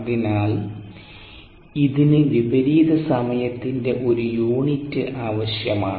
അതിനാൽ ഇതിന് വിപരീത സമയത്തിന്റെ ഒരു യൂണിറ്റ് ആവശ്യമാണ്